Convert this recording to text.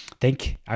thank